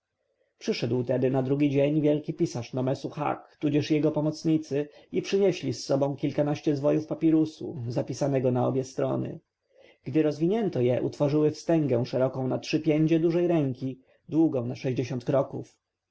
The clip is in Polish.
przyszedł tedy na drugi dzień wielki pisarz nomesu hak tudzież jego pomocnicy i przynieśli z sobą kilkanaście zwojów papirusu zapisanych na obie strony gdy rozwinięto je utworzyły wstęgę szeroką na trzy piędzie dużej ręki długą na sześćdziesiąt kroków